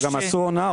גם עשו הונאה.